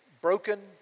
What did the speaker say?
broken